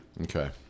Okay